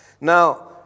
Now